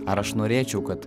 ar aš norėčiau kad